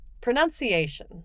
Pronunciation